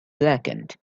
blackened